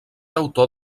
autor